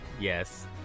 Yes